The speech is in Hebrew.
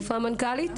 איפה המנכ"לית?